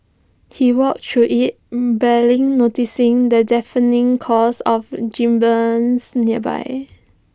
he walks through IT barely noticing the deafening calls of gibbons nearby